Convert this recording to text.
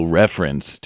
reference